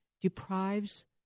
deprives